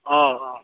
अ अ